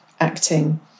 acting